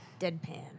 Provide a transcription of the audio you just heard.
Deadpan